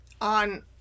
On